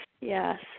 yes